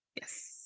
yes